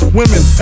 women